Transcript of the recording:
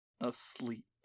asleep